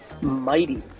mighty